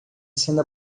sendo